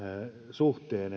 suhteen